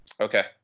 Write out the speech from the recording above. Okay